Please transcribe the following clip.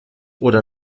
oder